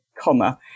comma